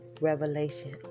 revelation